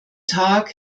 tag